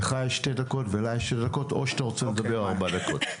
לך יש שתי דקות ולה יש שתי דקות או שמישהו ידבר ארבע דקות.